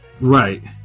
Right